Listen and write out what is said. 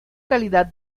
calidad